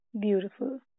Beautiful